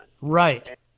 Right